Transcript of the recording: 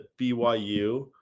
BYU